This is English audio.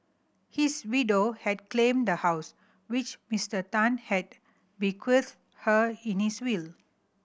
his widow had claimed the house which Mister Tan had bequeathed her in his will